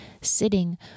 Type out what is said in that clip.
sitting